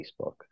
facebook